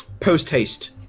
Post-haste